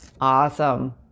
awesome